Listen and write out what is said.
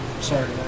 Sorry